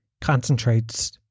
concentrates